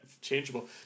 changeable